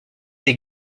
des